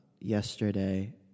yesterday